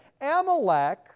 Amalek